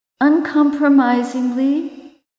uncompromisingly